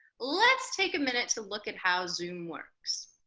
let's take a minute to look at how zoom works.